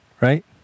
right